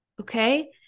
Okay